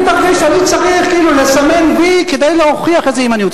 אני מרגיש שאני צריך כאילו לסמן "וי" כדי להוכיח איזו ימניות.